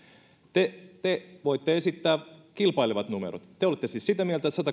te te voitte esittää kilpailevat numerot te te olette siis sitä mieltä että